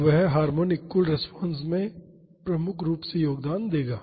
तो वह हार्मोनिक कुल रिस्पांस में प्रमुख रूप से योगदान देगा